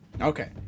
Okay